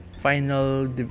final